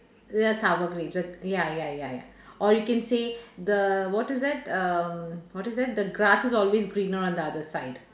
the sour grapes uh ya ya ya ya or you can say the what is that um what is that the grass is always greener on the other side